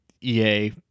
ea